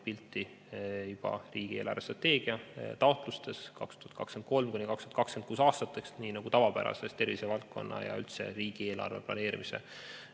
pilti juba riigi eelarvestrateegia taotlustes aastateks 2023 ja sealt edasi, nii nagu tavapärases tervisevaldkonna ja üldse riigieelarve planeerimise